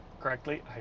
correctly